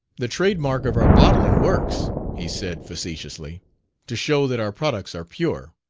the trade-mark of our bottling-works, he said facetiously to show that our products are pure.